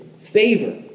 favor